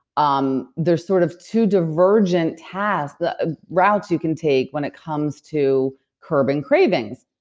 um there's sort of two divergent tasks the routes you can take when it comes to curbing cravings,